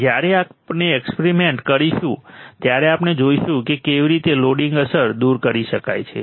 જ્યારે આપણે એક્સપેરિમેન્ટ કરીશું ત્યારે આપણે જોઈશું કે કેવી રીતે લોડિંગ અસર દૂર કરી શકાય છે